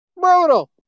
Brutal